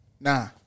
Nah